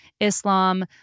Islam